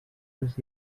arbres